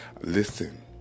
listen